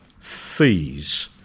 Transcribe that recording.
Fees